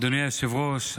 אדוני היושב-ראש,